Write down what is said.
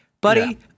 Buddy